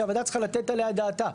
שהוועדה צריכה לתת עליה את דעתה.